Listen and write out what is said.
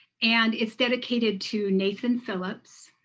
and it's dedicated to nathan phillips,